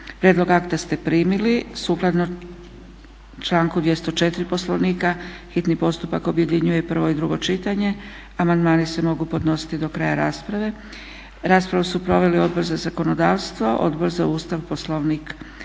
Prijedlog akta ste primili. Sukladno članku 204. Poslovnika hitni postupak objedinjuje prvo i drugo čitanje, amandmani se mogu podnositi do kraja rasprave. Raspravu su proveli Odbor za zakonodavstvo, Odbor za Ustav, Poslovnik